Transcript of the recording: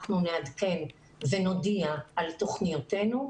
אנחנו נעדכן ונודיע על תוכניתינו.